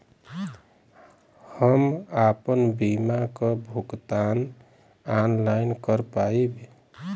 हम आपन बीमा क भुगतान ऑनलाइन कर पाईब?